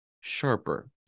Sharper